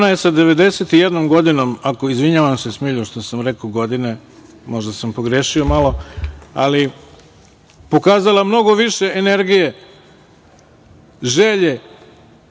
je sa 91 godinom, izvinjavam se, Smiljo, što sam rekao godine, možda sam pogrešio malo, pokazala mnogo više energije, želje